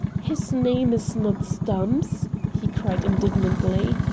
his name is not stumps! he cried indignantly.